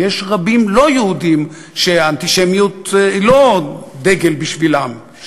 ויש לא-יהודים רבים שאנטישמיות היא לא דגל בשבילם,